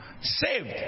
Saved